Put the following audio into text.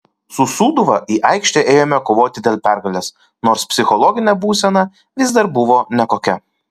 su sūduva į aikštę ėjome kovoti dėl pergalės nors psichologinė būsena vis dar buvo nekokia